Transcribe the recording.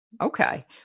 okay